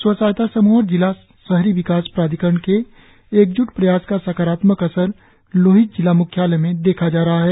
स्व सहायता समूहों और जिला शहरी विकास प्राधिकरण के एक जूट प्रयास का सकारात्मक असर लोहित जिला म्ख्यालय में देखा जा रहा है